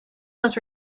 was